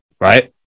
right